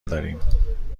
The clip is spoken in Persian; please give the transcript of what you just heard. داریم